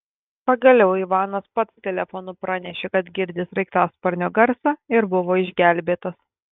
pagaliau ivanas pats telefonu pranešė kad girdi sraigtasparnio garsą ir buvo išgelbėtas